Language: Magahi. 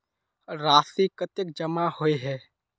राशि कतेक जमा होय है?